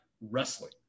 wrestling